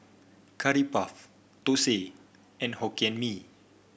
Curry Puff thosai and Hokkien Mee